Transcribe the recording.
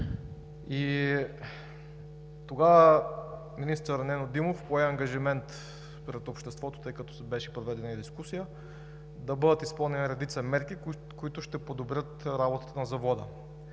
Тогава министър Нено Димов пое ангажимент пред обществото, тъй като беше проведена дискусия, да бъдат изпълнени редица мерки, които ще подобрят работата на завода.